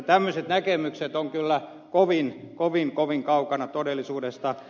tämmöiset näkemykset ovat kyllä kovin kovin kovin kaukana todellisuudesta